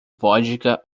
vodka